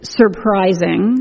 surprising